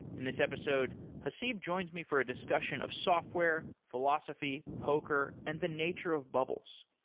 in this episode, haseeb joins me for a discussion of software, philosophy, poker and the nature of bubbles.